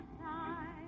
time